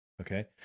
okay